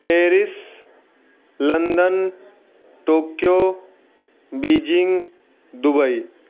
Paris London Tokyo Beijing Dubai